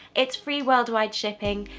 it's free worldwide shipping,